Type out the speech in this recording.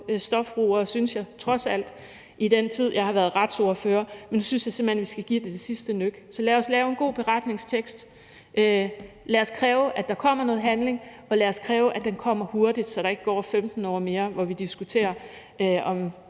stofbrugere, synes jeg trods alt, i den tid, jeg har været retsordfører, men nu synes jeg, at vi simpelt hen skal tage det sidste nøk. Så lad os lave en god beretningstekst, lad os kræve, at der kommer noget handling, og lad os kræve, at den kommer hurtigt, så der ikke går 15 år mere, hvor vi diskuterer, om